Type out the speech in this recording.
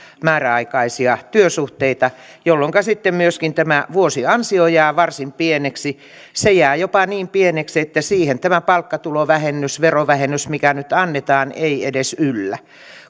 määräaikaisia työsuhteita jolloinka sitten myöskin tämä vuosiansio jää varsin pieneksi se jää jopa niin pieneksi että siihen tämä palkkatulovähennys verovähennys mikä nyt annetaan ei edes yllä